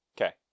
Okay